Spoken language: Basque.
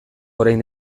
orain